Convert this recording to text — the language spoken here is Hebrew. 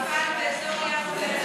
מוועדת העבודה,